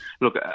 look